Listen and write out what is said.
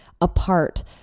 apart